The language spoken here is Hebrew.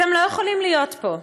אתם לא יכולים להיות פה,